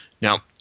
Now